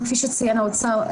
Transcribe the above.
כפי שציין האוצר,